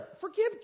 Forgive